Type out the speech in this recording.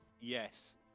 Yes